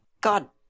God